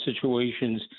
situations